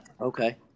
Okay